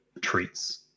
treats